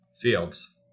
Fields